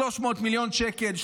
300 מיליון שקל,